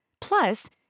Plus